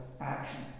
action